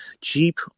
cheap